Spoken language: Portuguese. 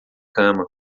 cama